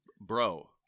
bro